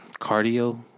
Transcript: Cardio